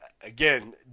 Again